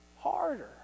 harder